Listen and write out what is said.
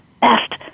best